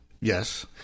Yes